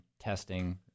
testing